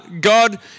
God